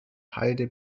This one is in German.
halde